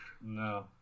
No